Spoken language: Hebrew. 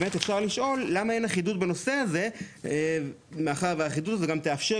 באמת אפשר לשאול למה אין אחידות בנושא הזה מאחר ואחידות תאפשר